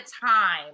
time